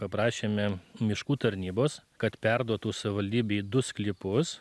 paprašėme miškų tarnybos kad perduotų savivaldybei du sklypus